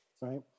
right